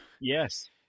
Yes